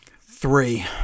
Three